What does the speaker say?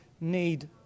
need